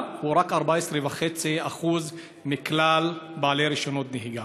הוא רק 14.5% מכלל בעלי רישיונות הנהיגה.